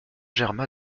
germain